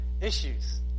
issues